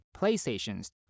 Playstations